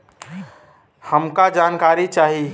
हमका जानकारी चाही?